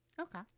Okay